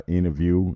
Interview